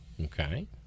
okay